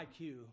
IQ